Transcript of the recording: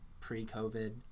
pre-COVID